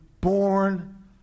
born